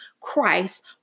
Christ